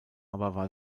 aber